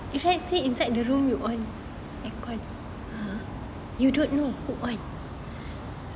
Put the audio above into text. (uh huh)